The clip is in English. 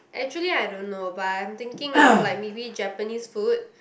actually I don't know but I'm thinking of like maybe Japanese food